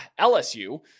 LSU